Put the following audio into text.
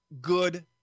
good